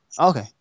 Okay